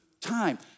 time